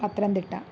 Pathanamthitta